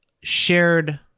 shared